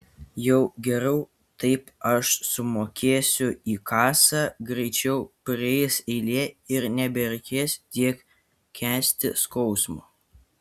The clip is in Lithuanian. jau geriau taip aš sumokėsiu į kasą greičiau prieis eilė ir nebereikės tiek kęsti skausmo